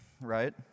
right